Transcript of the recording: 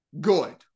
Good